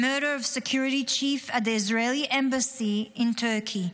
murder of security chief at the Israeli Embassy in Turkey,